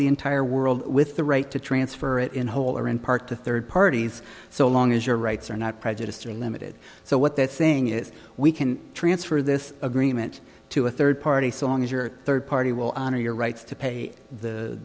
the entire world with the right to transfer it in whole or in part to third parties so long as your rights are not prejudiced or limited so what they're saying is we can transfer this agreement to a third party song as your third party will honor your rights to pay the